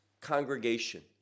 congregation